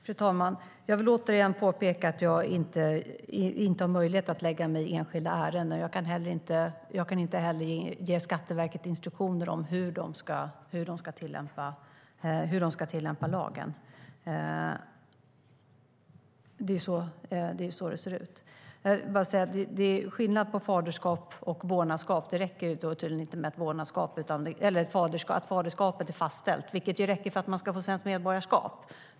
Fru talman! Jag vill återigen påpeka att jag inte har möjlighet att lägga mig i enskilda ärenden. Jag kan inte heller ge Skatteverket instruktioner om hur de ska tillämpa lagen. Det är så det ser ut. Det är skillnad på faderskap och vårdnadskap. Det räcker tydligen inte med att faderskapet är fastställt, vilket räcker för att man ska få svenskt medborgarskap.